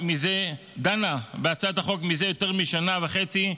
דנה בהצעת החוק מזה יותר משנה וחצי,